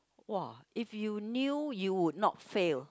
!wah! if you knew you will not failed